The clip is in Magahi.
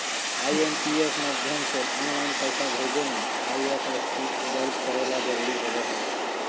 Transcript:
आई.एम.पी.एस माध्यम से ऑनलाइन पैसा भेजे मे आई.एफ.एस.सी दर्ज करे ला जरूरी होबो हय